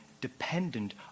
dependent